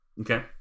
Okay